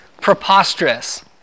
Preposterous